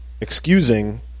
excusing